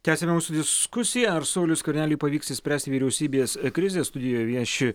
tęsiame nūsų diskusiją ar sauliui skverneliui pavyks išspręsti vyriausybės krizę studijoje vieši